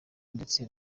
ndetse